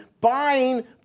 buying